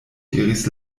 diris